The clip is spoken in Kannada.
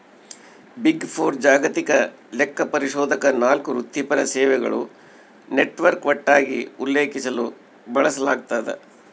ಬಿಗ್ ಫೋರ್ ಜಾಗತಿಕ ಲೆಕ್ಕಪರಿಶೋಧಕ ನಾಲ್ಕು ವೃತ್ತಿಪರ ಸೇವೆಗಳ ನೆಟ್ವರ್ಕ್ ಒಟ್ಟಾಗಿ ಉಲ್ಲೇಖಿಸಲು ಬಳಸಲಾಗ್ತದ